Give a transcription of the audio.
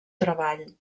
treball